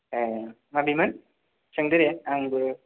ए माबेमोन सोंदो दे आंबो